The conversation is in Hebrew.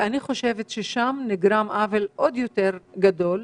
אני חושבת ששם נגרם עוול עוד יותר גדול.